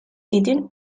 sitting